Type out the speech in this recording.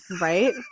Right